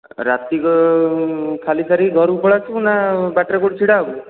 ରାତିକ ଖାଲି ସାରି ଘରକୁ ପଳେଇ ଆସିବୁ ନା ବାଟରେ କେଉଁଠି ଛିଡ଼ା ହେବୁ